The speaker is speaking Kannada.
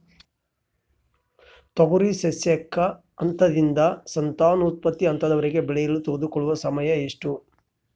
ತೊಗರಿ ಸಸ್ಯಕ ಹಂತದಿಂದ ಸಂತಾನೋತ್ಪತ್ತಿ ಹಂತದವರೆಗೆ ಬೆಳೆಯಲು ತೆಗೆದುಕೊಳ್ಳುವ ಸಮಯ ಎಷ್ಟು?